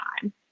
time